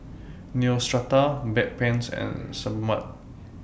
Neostrata Bedpans and Sebamed